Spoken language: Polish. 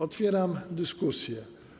Otwieram dyskusję.